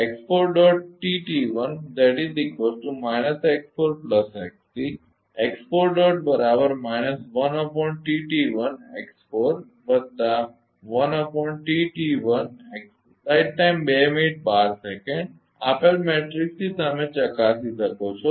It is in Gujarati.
આપેલ મેટ્રિક્સથી તમે ચકાસી શકો છો